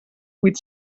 vuit